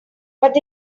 but